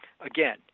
Again